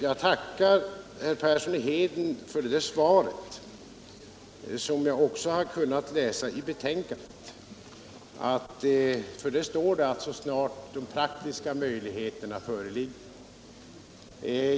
Jag tackar herr Persson i Heden för svaret, som jag också har kunnat läsa i betänkandet, för det står där att arbetena igångsättes ”så snart de praktiska möjligheterna härför föreligger”.